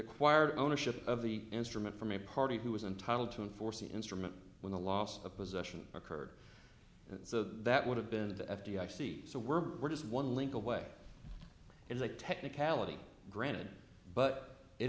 acquired ownership of the instrument from a party who was entitled to enforce the instrument when the loss of possession occurred and so that would have been the f d i c so we're we're just one link away it is a technicality granted but it